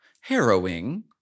harrowing